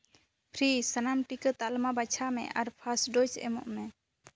free ᱥᱟᱱᱟᱢ ᱴᱤᱠᱟᱹ ᱛᱟᱞᱢᱟ ᱵᱟᱪᱷᱟᱣ ᱢᱮ ᱟᱨ ᱯᱷᱟᱥᱴ ᱰᱳᱥ ᱮᱢᱚᱜ ᱢᱮ